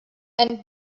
and